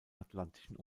atlantischen